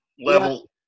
level –